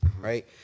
right